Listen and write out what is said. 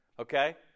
Okay